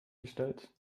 gestellt